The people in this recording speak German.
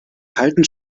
kalten